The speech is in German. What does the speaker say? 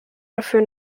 dafür